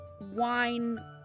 wine